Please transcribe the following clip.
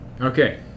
Okay